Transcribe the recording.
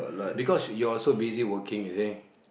because you're also busy working you see